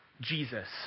Jesus